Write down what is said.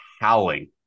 howling